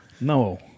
No